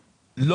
שנית.